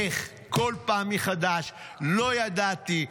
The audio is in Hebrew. איך כל פעם מחדש: לא ידעתי,